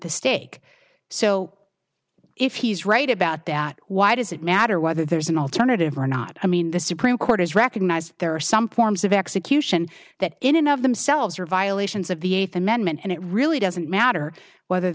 the stake so if he's right about that why does it matter whether there's an alternative or not i mean the supreme court has recognized there are some forms of execution that in and of themselves are violations of the eighth amendment and it really doesn't matter whether